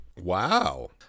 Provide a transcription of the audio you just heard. Wow